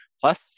Plus